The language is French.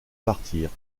partir